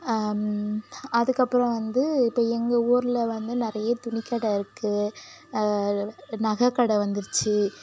அதுக்கப்புறோம் வந்து இப்போ எங்கள் ஊரில் வந்து நிறைய துணி கடை இருக்குது நகை கடை வந்துருச்சு